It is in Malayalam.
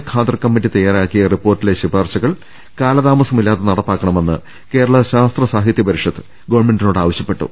ഖാദർ കമ്മിറ്റി തയ്യാറാക്കിയ റിപ്പോർട്ടിലെ ശുപാർശകൾ കാലതാമസമി ല്ലാതെ നടപ്പാക്കണമെന്ന് കേരള ശാസ്ത്ര സാഹിത്യ പരിഷത്ത് ഗവൺമെന്റിനോട് ആവശ്യപ്പെട്ടു